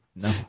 no